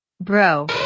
Bro